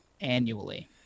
annually